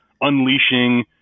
unleashing